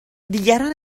دیگران